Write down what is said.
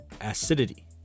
acidity